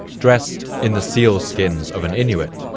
dressed in the seal skins of an inuit.